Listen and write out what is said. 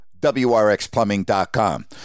wrxplumbing.com